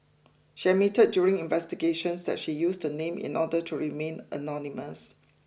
she admitted during investigations that she used the name in order to remain anonymous